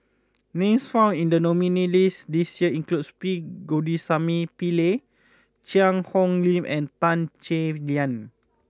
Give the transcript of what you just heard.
names found in the nominees' list this year include P Govindasamy Pillai Cheang Hong Lim and Tan Chay Yan